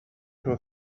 her